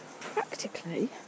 Practically